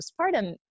postpartum